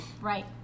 Right